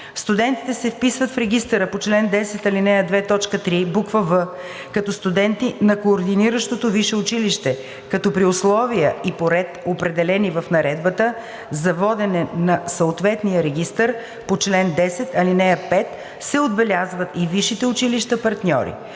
Студентите се вписват в регистъра по чл. 10, ал. 2, т. 3, буква „в“ като студенти на координиращото висше училище, като при условия и по ред, определени в наредбата за водене на съответния регистър по чл. 10, ал. 5, се отбелязват и висшите училища партньори.